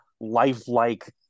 lifelike